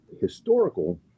historical